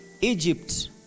Egypt